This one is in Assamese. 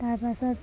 তাৰপাছত